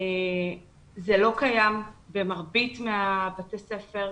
זה לא קיים במרבית בתי הספר,